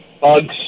bugs